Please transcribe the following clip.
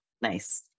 Nice